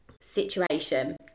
situation